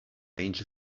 danger